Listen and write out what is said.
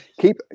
keep